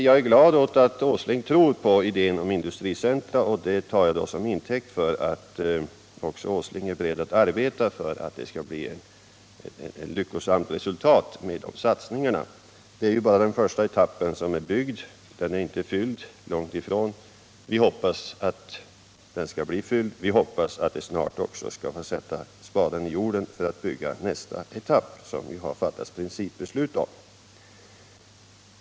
Jag är glad att industriministern tror på idén om 14 november 1977 industricentra, och det tar jag som intäkt för att Nils Åsling också är = beredd att arbeta för att det skall bli ett lyckosamt resultat av satsningarna. — Om sysselsättnings Det är ju bara den första etappen som är byggd här, och den är långt — problemen i ifrån fylld. Vi hoppas att den skall bli det och att vi snart skall få sätta — Västerbottens spaden i jorden för att bygga nästa etapp som vi har fattat principbeslut — inland om.